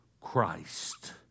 Christ